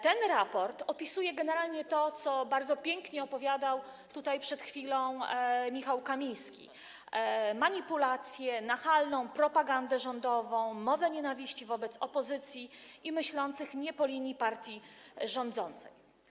Ten raport opisuje generalnie to, o czym bardzo pięknie opowiadał przed chwilą Michał Kamiński: manipulację, nachalną propagandę rządową, mowę nienawiści wobec opozycji i myślących nie po linii partii rządzącej.